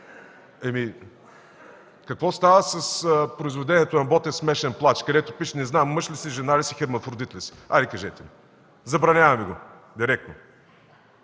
Какво става с произведението на Ботев „Смешен плач“, където пише: „Не знам мъж ли си, жена ли си, хермафродит ли си“. Хайде кажете ми! Забраняваме го директно.